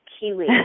kiwi